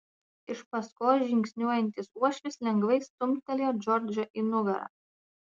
iš paskos žingsniuojantis uošvis lengvai stumtelėjo džordžą į nugarą